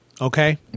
Okay